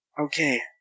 Okay